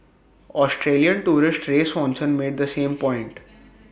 Australian tourist ray Swanson made the same point